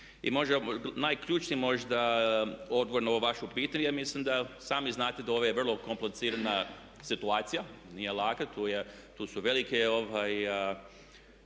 I najključniji možda odgovor na ovo vaše pitanje, ja mislim da sami znate da ovo je vrlo komplicirana situacija, nije laka, tu su veliki